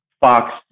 Fox